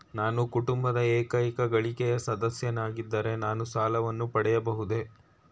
ನಾನು ಕುಟುಂಬದ ಏಕೈಕ ಗಳಿಕೆಯ ಸದಸ್ಯನಾಗಿದ್ದರೆ ನಾನು ಸಾಲವನ್ನು ಪಡೆಯಬಹುದೇ?